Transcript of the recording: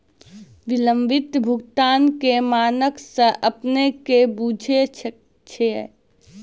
विलंबित भुगतान के मानक से अपने कि बुझै छिए?